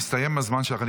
הסתיים הזמן שלך.